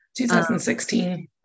2016